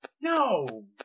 No